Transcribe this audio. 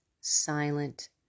silent